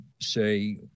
say